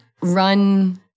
run